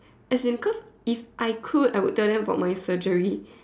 as in could if I could I would tell them about my surgery